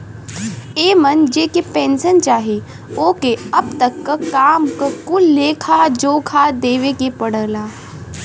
एमन जेके पेन्सन चाही ओके अब तक क काम क कुल लेखा जोखा देवे के पड़ला